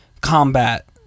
combat